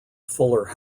fuller